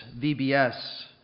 VBS